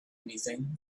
anything